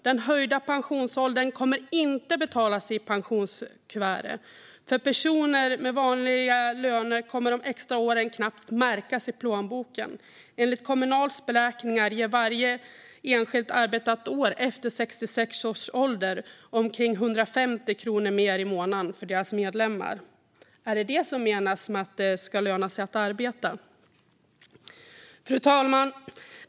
Den höjda pensionsåldern kommer inte att betala sig i pensionskuvertet. För personer med vanliga löner kommer de extra åren knappt att märkas i plånboken. Enligt Kommunals beräkningar ger varje enskilt arbetat år efter 66 års ålder omkring 150 kronor mer i månaden för deras medlemmar. Är det detta som menas med att det ska löna sig att arbeta? Fru talman!